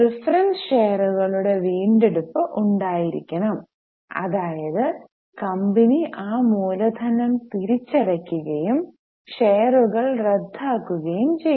preference ഷെയറുകളുടെ വീണ്ടെടുപ്പ് ഉണ്ടായിരിക്കണം അതായത് കമ്പനി ആ മൂലധനം തിരിച്ചടയ്ക്കുകയും ഷെയറുകൾ റദ്ദാക്കുകയും ചെയ്തു